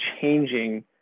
changing